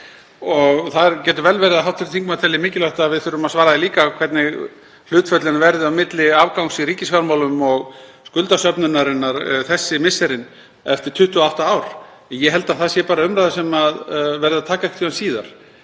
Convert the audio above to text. Það getur vel verið að hv. þingmaður telji mikilvægt að við svörum því líka hvernig hlutföllin verði á milli afgangs í ríkisfjármálum og skuldasöfnunarinnar þessi misserin eftir 28 ár. Ég held að það sé bara umræða sem verður að taka einhvern tímann síðar.